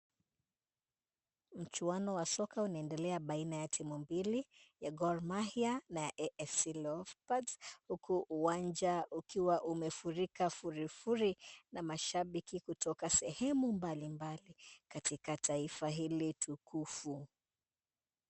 Mchuano wa soka unaendelea baina ya timu mbili, ya Gor Mahia na ya AFC Leopards, huku uwanja ukiwa umefurika furifuri na mashabiki kutoka sehemu mbali mbali katika taifa hili tukufu.